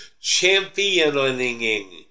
Championing